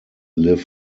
live